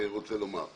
רוצה לומר,